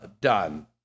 done